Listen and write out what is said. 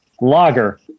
lager